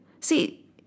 See